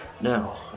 now